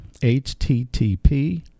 http